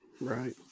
right